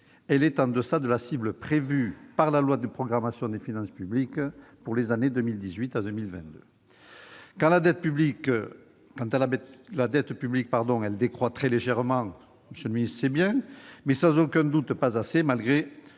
elle est en deçà de la cible prévue par la loi de programmation des finances publiques pour les années 2018 à 2022. Quant à la dette publique, elle décroît très légèrement : c'est bien, mais ce n'est sans aucun doute pas assez, malgré